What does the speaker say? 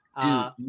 dude